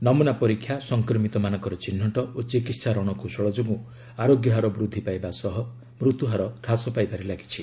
ନମୁନା ପରୀକ୍ଷା ସଂକ୍ରମିତମାନଙ୍କର ଚିହ୍ନଟ ଓ ଚିକିହା ରଣକୌଶଳ ଯୋଗୁଁ ଆରୋଗ୍ୟ ହାର ବୃଦ୍ଧି ପାଇବା ସହ ମୃତ୍ୟୁହାର ହ୍ରାସ ପାଇବାରେ ଲାଗିଛି